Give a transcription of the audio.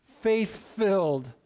faith-filled